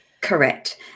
correct